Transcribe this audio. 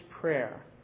prayer